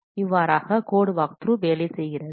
இவ்வாறாக code walkthrough வேலை செய்கிறது